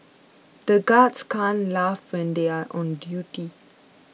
the guards can't laugh when they are on duty